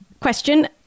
question